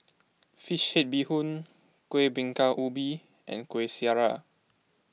Fish Head Bee Hoon Kueh Bingka Ubi and Kueh Syara